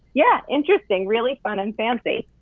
yeah, interesting! really fun and fancy!